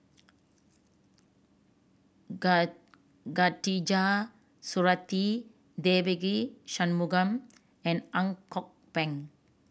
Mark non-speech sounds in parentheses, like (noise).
(unintelligible) Khatijah Surattee Devagi Sanmugam and Ang Kok Peng